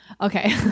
Okay